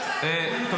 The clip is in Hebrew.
לא אמר.